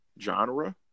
genre